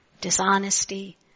dishonesty